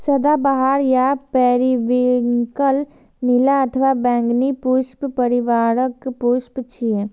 सदाबहार या पेरिविंकल नीला अथवा बैंगनी पुष्प परिवारक पुष्प छियै